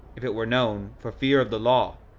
if it were known, for fear of the law,